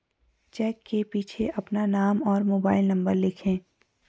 check के पीछे अपना नाम और मोबाइल नंबर लिखें